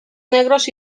negros